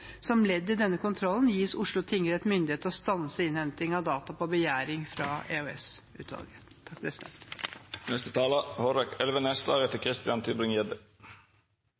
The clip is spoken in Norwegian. Som ledd i denne kontrollen gis Oslo tingrett myndighet til å stanse innhenting av data på begjæring fra